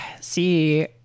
see